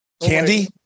Candy